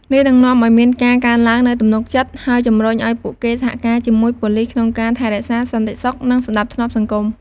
នេះនឹងនាំឱ្យមានការកើនឡើងនូវទំនុកចិត្ត ហើយជំរុញឱ្យពួកគេសហការជាមួយប៉ូលិសក្នុងការថែរក្សាសន្តិសុខ និងសណ្ដាប់ធ្នាប់សង្គម។